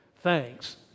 Thanks